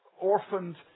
orphaned